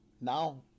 now